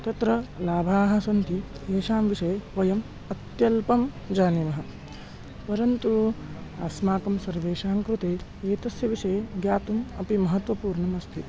तत्र लाभाः सन्ति एषां विषये वयम् अत्यल्पं जानीमः परन्तु अस्माकं सर्वेषां कृते एतस्य विषये ज्ञातुम् अपि महत्वपूर्णमस्ति